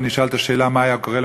ואני אשאל את השאלה מה היה קורה,